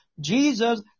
Jesus